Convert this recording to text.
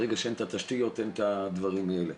ברגע שאין את התשתיות אין את הדברים האלה.